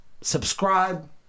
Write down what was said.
Subscribe